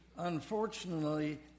Unfortunately